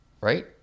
right